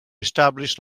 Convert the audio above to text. establish